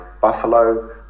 buffalo